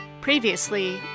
Previously